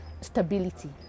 stability